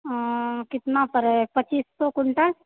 कितना पड़ै पच्चीस सए क्विंटल